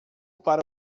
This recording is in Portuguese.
para